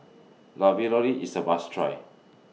Ravioli IS A must Try